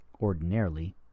ordinarily